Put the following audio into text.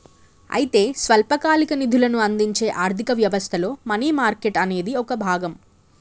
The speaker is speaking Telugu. అయితే స్వల్పకాలిక నిధులను అందించే ఆర్థిక వ్యవస్థలో మనీ మార్కెట్ అనేది ఒక భాగం